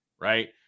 right